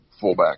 fullback